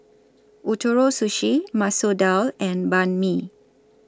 Ootoro Sushi Masoor Dal and Banh MI